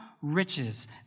riches